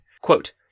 Quote